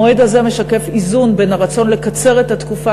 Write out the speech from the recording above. המועד הזה משקף איזון בין הרצון לקצר את התקופה